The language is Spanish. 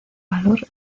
valor